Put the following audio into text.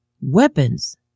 weapons